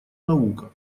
наука